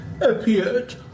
appeared